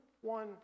one